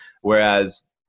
Whereas